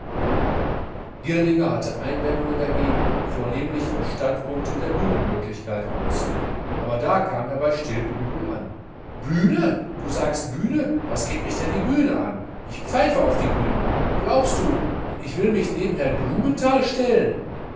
girlinger hatte einwendungen dagegen vornehmlich vom standpunkte der bühnenmöglichkeit aus aber da kam er bei stilpe übel an bühne du sagst bühne was geht mich denn die bühne an ich pfeife auf die bühne glaubst du ich will mich neben herrn blumenthal stellen